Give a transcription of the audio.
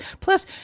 plus